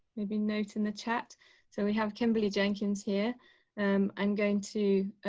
maybe note in the chat so we have kimberly jenkins here and i'm going to.